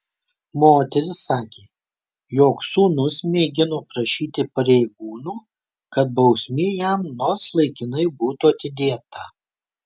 moteris sakė jog sūnus mėgino prašyti pareigūnų kad bausmė jam nors laikinai būtų atidėta